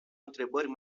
întrebările